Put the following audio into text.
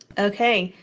okay.